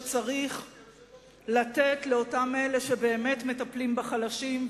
שצריך לתת לאותם שבאמת מטפלים בחלשים,